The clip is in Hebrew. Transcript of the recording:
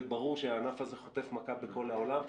וברור שהענף הזה חוטף מכה בכל העולם.